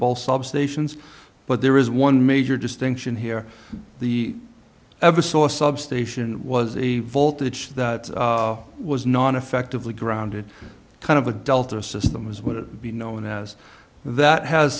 football substations but there is one major distinction here the ever saw substation was a voltage that was not effectively grounded kind of a delta system was would it be known as that has